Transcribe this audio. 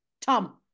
Tom